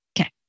Okay